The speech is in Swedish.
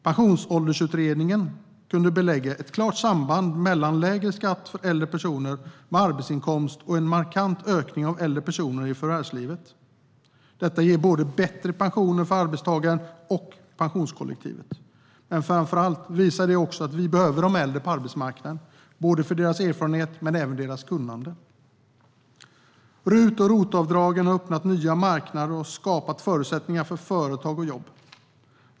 Pensionsåldersutredningen kunde belägga ett klart samband mellan lägre skatt för äldre personer med arbetsinkomst och en markant ökning av äldre personer i förvärvslivet. Detta ger bättre pensioner för både arbetstagaren och pensionärskollektivet. Men framför allt visar det att vi behöver de äldre på arbetsmarknaden för deras erfarenhet men även för deras kunnande. RUT och ROT-avdragen har öppnat nya marknader och skapat förutsättningar för företag och jobb.